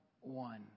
one